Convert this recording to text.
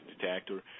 detector